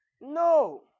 No